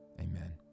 Amen